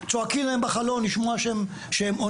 אפילו לצעוק דרך החלון ולוודא שהם עונים.